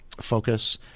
focus